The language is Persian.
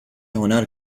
هنر